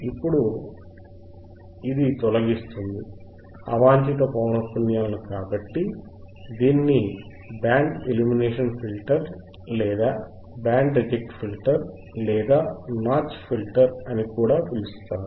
ఇప్పుడు ఇది తొలగిస్తుంది అవాంఛిత పౌనఃపున్యాలను కాబట్టి దీనిని బ్యాండ్ ఎలిమినేషన్ ఫిల్టర్ లేదా బ్యాండ్ రిజెక్ట్ ఫిల్టర్ లేదా నాచ్ ఫిల్టర్ అని కూడా పిలుస్తారు